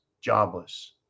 jobless